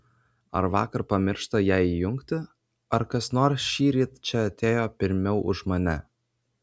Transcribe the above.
ar vakar pamiršta ją įjungti ar kas nors šįryt čia atėjo pirmiau už mane